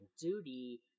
duty